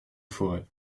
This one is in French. forêt